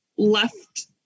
left